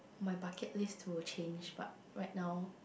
my bucket list will change but right now